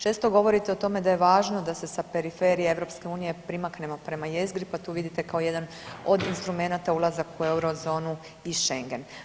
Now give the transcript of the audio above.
Često govorite o tome da je važno da se sa periferije EU primaknemo prema jezgri, pa tu vidite kao jedan od instrumenata ulazak u eurozonu i šengen.